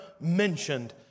mentioned